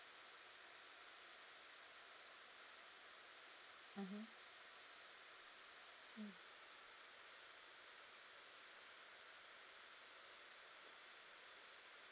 mmhmm mm